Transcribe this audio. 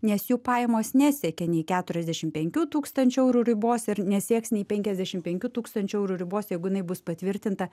nes jų pajamos nesiekia nei keturiasdešim penkių tūkstančių eurų ribos ir nesieks nei penkiasdešim penkių tūkstančių eurų ribos jeigu jinai bus patvirtinta